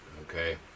Okay